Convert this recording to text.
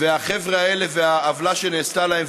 והחבר'ה האלה והעוולה שנעשתה להם,